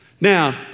Now